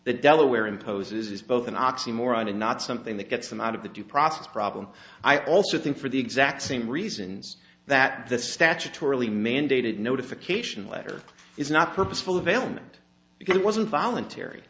the delaware imposes is both an oxymoron and not something that gets them out of the due process problem i also think for the exact same reasons that the statutorily mandated notification letter is not purposeful of ailment because it wasn't voluntary